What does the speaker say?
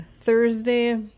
Thursday